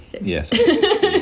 yes